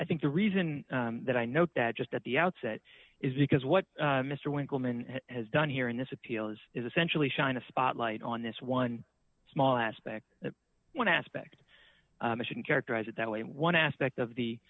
i think the reason that i note that just at the outset is because what mister winkleman has done here in this appeal is essentially shine a spotlight on this one small aspect that one aspect shouldn't characterize it that way one aspect of the